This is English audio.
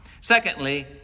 Secondly